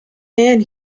man